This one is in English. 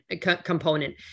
component